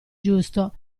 giusto